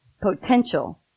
potential